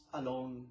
alone